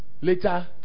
later